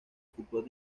fútbol